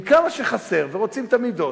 עם כמה שחסר, ורוצים תמיד עוד,